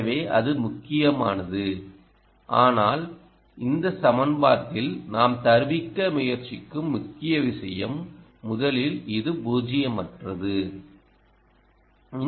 எனவே அது முக்கியமானது ஆனால் இந்த சமன்பாட்டில் நாம் தருவிக்க முயற்சிக்கும் முக்கிய விஷயம் முதலில் இது பூஜ்ஜியமற்றது